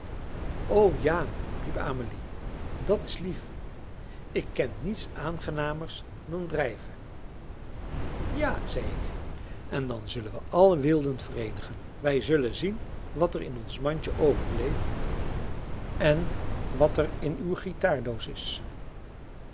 o ja riep amelie dat is lief ik ken niets aangenamers dan drijven ja zei ik en dan zullen we alle weelden vereenigen wij zullen zien wat er in ons mandje overbleef en wat er in uw gitaardoos is